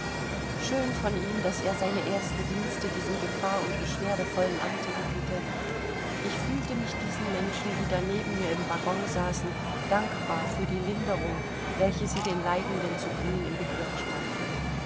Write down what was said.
schön von ihm daß er seine ersten dienste diesem gefahr und beschwerdevollen amte widmete ich fühlte mich diesen menschen die da neben mir im waggon saßen dankbar für die linderung welche sie den leidenden zu bringen im begriffe standen